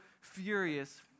furious